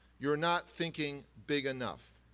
you're not thinking big enough,